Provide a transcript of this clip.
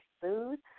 food